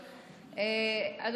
אדוני היושב-ראש,